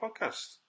podcast